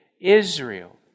Israel